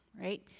right